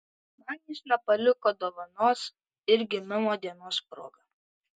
man jis nepaliko dovanos ir gimimo dienos proga